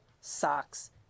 socks